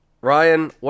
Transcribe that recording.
Ryan